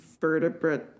vertebrate